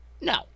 No